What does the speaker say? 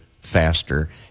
faster